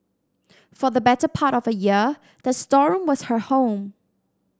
for the better part of a year the storeroom was her home